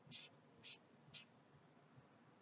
she